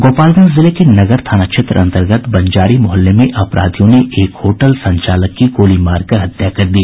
गोपालगंज जिले के नगर थाना क्षेत्र अंतर्गत बंजारी मोहल्ले में अपराधियों ने एक होटल संचालक की गोली मारकर हत्या कर दी